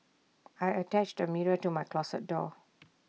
I attached A mirror to my closet door